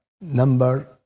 number